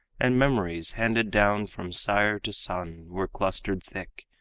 and memories handed down from sire to son, were clustered thick.